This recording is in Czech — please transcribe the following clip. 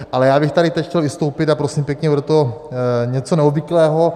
Ale já bych tady teď chtěl vystoupit a prosím pěkně, bude to něco neobvyklého.